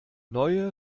neue